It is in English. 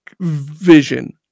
vision